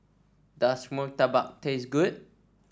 does murtabak taste good